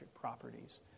properties